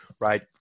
right